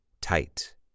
tight